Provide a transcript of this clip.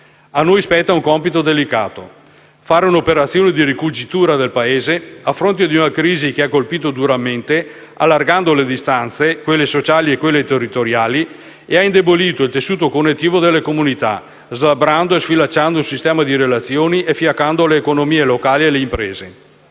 A noi spetta un compito delicato: fare un'operazione di ricucitura del Paese a fronte di una crisi che ha colpito duramente, allargando le distanze, quelle sociali e quelle territoriali, e indebolendo il tessuto connettivo delle comunità, slabbrando e sfilacciando il sistema di relazioni e fiaccando le economie locali e le imprese.